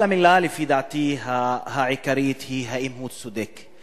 אבל המלה, לפי דעתי, העיקרית היא האם הוא צודק.